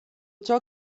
ciò